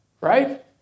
Right